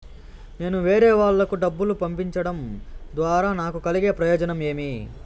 నేను వేరేవాళ్లకు డబ్బులు పంపించడం ద్వారా నాకు కలిగే ప్రయోజనం ఏమి?